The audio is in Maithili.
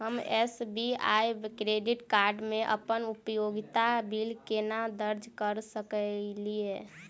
हम एस.बी.आई क्रेडिट कार्ड मे अप्पन उपयोगिता बिल केना दर्ज करऽ सकलिये?